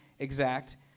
Exact